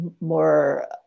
more